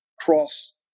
cross